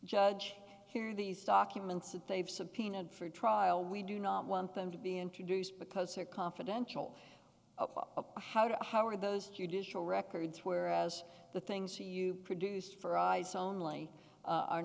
judge here are these documents that they've subpoenaed for trial we do not want them to be introduced because their confidential how did how are those judicial records whereas the things you produced for eyes only